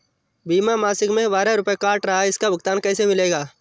बीमा मासिक में बारह रुपय काट रहा है इसका भुगतान कैसे मिलेगा?